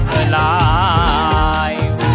alive